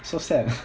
so sad